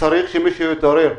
צריך שמישהו יתעורר.